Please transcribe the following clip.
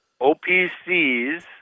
OPCs